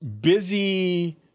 busy